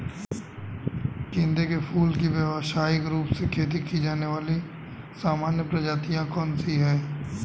गेंदे के फूल की व्यवसायिक रूप से खेती की जाने वाली सामान्य प्रजातियां कौन सी है?